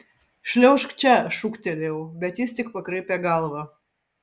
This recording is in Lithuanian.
šliaužk čia šūktelėjau bet jis tik pakraipė galvą